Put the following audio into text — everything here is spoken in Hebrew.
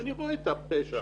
אני רואה את הפשע